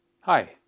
Hi